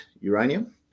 uranium